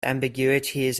ambiguities